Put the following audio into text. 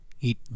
eat